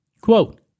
Quote